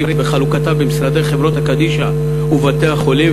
וחולקה במשרדי חברות הקדישא ובתי-החולים,